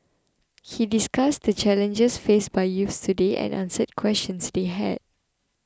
he discussed the challenges faced by youths today and answered questions they had